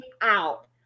out